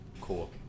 cool